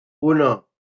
uno